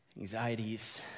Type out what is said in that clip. anxieties